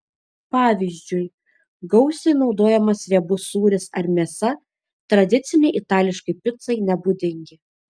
pavyzdžiui gausiai naudojamas riebus sūris ar mėsa tradicinei itališkai picai nebūdingi